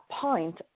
point